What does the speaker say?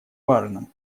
важном